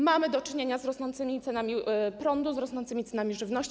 Mamy do czynienia z rosnącymi cenami prądu, z rosnącymi cenami żywności.